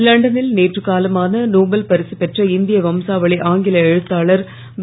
லண்டனில் நேற்று காலமான நோபல் பரிசு பெற்ற இந்திய வம்சாவளி ஆங்கில எழுத்தாளர் வி